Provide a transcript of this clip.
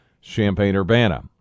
Champaign-Urbana